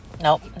Nope